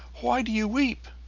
why do you weep?